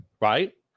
right